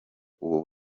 ubu